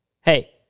hey